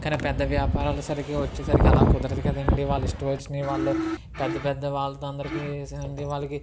కానీ పెద్ద వ్యాపారాల సరికి వచ్చేసరికి ఆలా కుదరదు కదా అండీ వాళ్ళ ఇష్టమొచ్చినవి వాళ్ళు పెద్ద పెద్ద వాళ్ళతో అందరికీ సంధీవాళ్ళకి